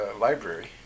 Library